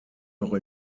noch